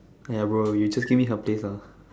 !aiya! bro you just give me some place lah